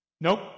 Nope